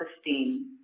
esteem